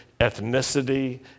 ethnicity